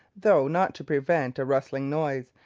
though not to prevent a rustling noise,